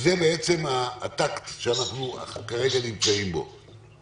לכן, זה בעצם הטקט שאנחנו כרגע נמצאים בו.